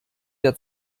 der